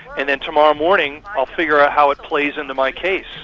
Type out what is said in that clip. and then tomorrow morning i'll figure out how it plays into my case.